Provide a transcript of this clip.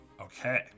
Okay